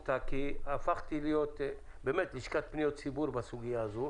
60%. הפכתי להיות לשכת פניות ציבור בסוגיה הזאת.